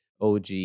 OG